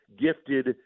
gifted